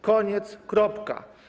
Koniec, kropka.